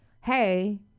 hey